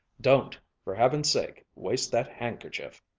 don't, for heaven's sake, waste that handkerchief,